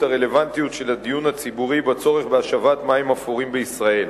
הרלוונטיות של הדיון הציבורי בצורך בהשבת מים אפורים בישראל.